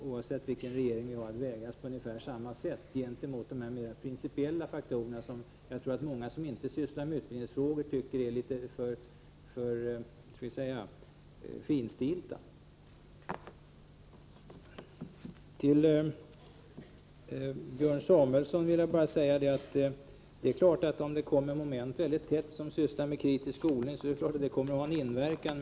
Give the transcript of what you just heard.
Oavsett vilken regering vi har kommer den att vägas på ungefär samma sätt gentemot de mera principiella faktorerna, som jag tror att många som inte sysslar med utbildning finner alltför ”finstilta”. Till Björn Samuelson vill jag bara säga, att om det i undervisningen mycket tätt läggs in moment med kritisk skolning, kommer detta naturligtvis att få en inverkan.